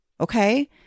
Okay